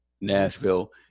Nashville